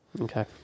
Okay